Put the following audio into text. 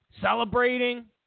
celebrating